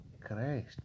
Christ